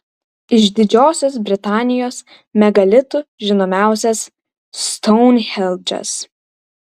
iš didžiosios britanijos megalitų žinomiausias stounhendžas